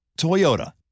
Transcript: Toyota